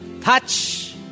Touch